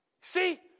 See